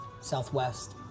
Southwest